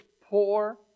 poor